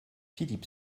philippe